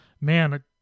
man